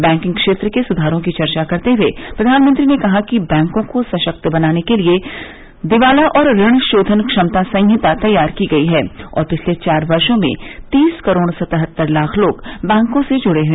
banking क्षेत्र के सुधारों की चर्चा करते हुए प्रधानमंत्री ने कहा कि बैंकों को सशक्त बनाने के लिए दिवाला और ऋण शोधन क्षमता संहिता तैयार की गई है और पिछले चार वर्षो में तीस करोड़ सतहत्तर लाख लोग बैंकों से जुड़े हैं